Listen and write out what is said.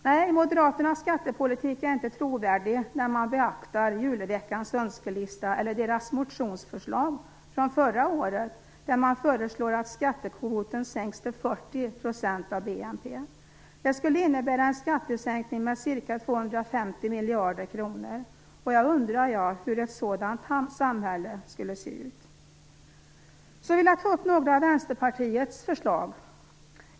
Nej, Moderaternas skattepolitik är inte trovärdig när man beaktar julveckans önskelista - eller deras motionsförslag från förra året, där man föreslår att skattekvoten sänks till 40 % av BNP. Det skulle innebära en skattesänkning med ca 250 miljarder kronor. Jag undrar just hur ett sådant samhälle skulle se ut! Så vill jag ta upp några av Vänsterpartiets förslag.